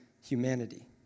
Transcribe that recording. humanity